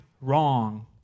wrong